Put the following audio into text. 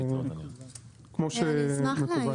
בסדר.